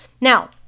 now